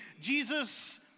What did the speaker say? Jesus